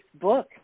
book